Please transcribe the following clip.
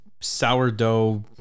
sourdough